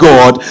God